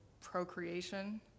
procreation